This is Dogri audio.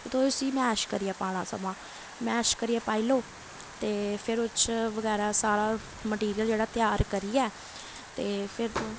तुसें उस्सी मैश करियै पाना समां मैश करियै पाई लैओ ते फिर ओह्दे च बगैरा सारा मटीरियल जेह्ड़ा ऐ त्यार करियै ते फिर